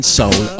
soul